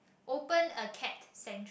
open a cat sanctuary